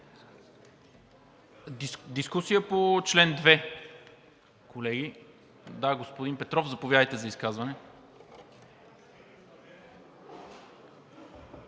Дискусия по чл. 2, колеги? Да. Господин Петров, заповядайте за изказване.